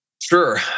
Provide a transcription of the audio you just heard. Sure